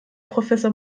professor